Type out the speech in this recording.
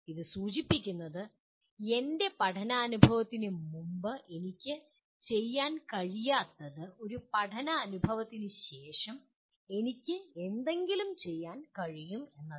ഇത് സൂചിപ്പിക്കുന്നത് "എൻ്റെ പഠനാനുഭവത്തിന് മുമ്പ് എനിക്ക് ചെയ്യാൻ കഴിയാത്തത് ഒരു പഠനാനുഭവത്തിനുശേഷം എനിക്ക് എന്തെങ്കിലും ചെയ്യാൻ കഴിയും" എന്നതാണ്